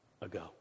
ago